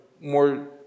more